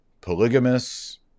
polygamous